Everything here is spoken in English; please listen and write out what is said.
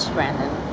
Brandon